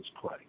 play